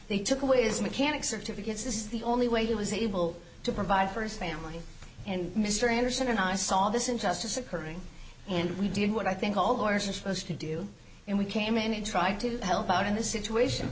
they took away his mechanic certificates is the only way he was able to provide for his family and mr anderson and i saw this injustice occurring and we did what i think all the lawyers are supposed to do and we came in to try to help out in this situation